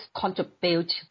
contribute